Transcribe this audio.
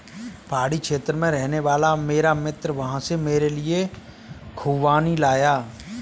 पहाड़ी क्षेत्र में रहने वाला मेरा मित्र वहां से मेरे लिए खूबानी लाया